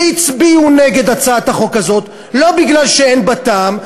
והצביעו נגד הצעת החוק הזאת לא מפני שאין בה טעם,